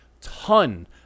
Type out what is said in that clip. ton